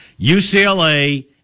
UCLA